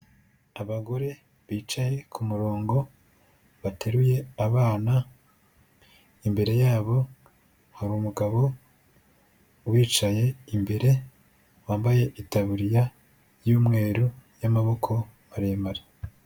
Abagore bicaye ku murongo bateruye abana, imbere yabo hari umugabo ubicaye imbere, wambaye itaburiya y'umweru y'amaboko maremare.